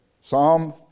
Psalm